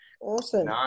Awesome